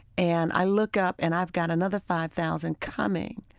and i look up and i've got another five thousand coming,